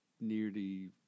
nearly